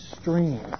stream